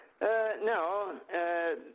No